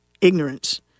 ignorance